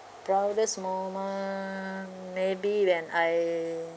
proudest moment maybe when I